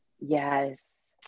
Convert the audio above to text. Yes